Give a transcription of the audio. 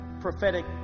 prophetic